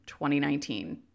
2019